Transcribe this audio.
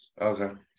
Okay